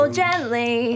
gently